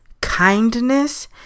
Kindness